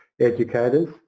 educators